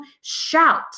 shout